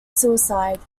suicide